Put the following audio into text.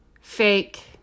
Fake